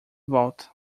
volta